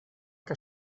que